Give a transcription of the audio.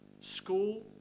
school